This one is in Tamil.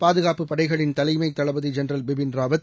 பாதுகாப்புப் படைகளின் தலைமதளபதிஜெனரல் பிபின் ராவத்